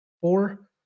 four